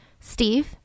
Steve